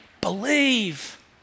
Believe